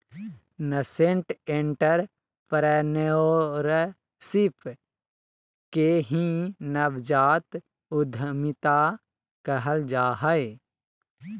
nascent entrepreneurship के ही नवजात उद्यमिता कहल जा हय